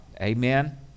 Amen